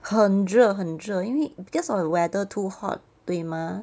很热很热因为 because of the weather too hot 对吗